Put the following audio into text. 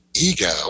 ego